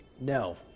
No